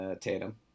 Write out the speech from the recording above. Tatum